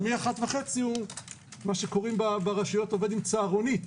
ומ-13:30 הוא עובד עם צהרונית.